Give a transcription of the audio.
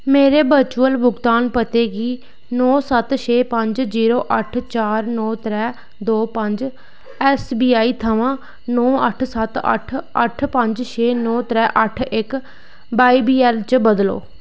मेरे वर्चुअल भुगतान पते गी नौ सत्त छे पंज जीरो अट्ठ चार नौ त्रै दो पंज एस बी आई थमां नौ अट्ठ सत्त अट्ठ अट्ठ पंज छे नौ त्रै अट्ठ इक बाई बी एल च बदलो